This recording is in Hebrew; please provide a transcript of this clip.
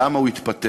למה הוא התפטר?